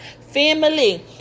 family